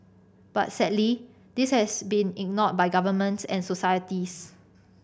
but sadly this has been ignored by governments and societies